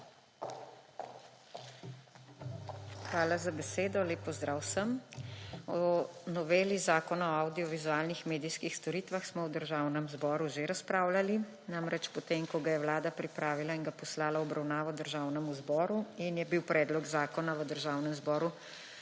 Hvala za besedo. Lep pozdrav vsem! O noveli Zakona o avdiovizualnih medijskih storitvah smo v Državnem zboru že razpravljali, namreč potem ko ga je Vlada pripravila in ga poslala v obravnavo Državnemu zboru in je bil predlog zakona v Državnem zboru